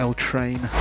L-Train